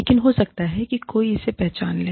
लेकिन हो सकता है कोई इसे पहचान ले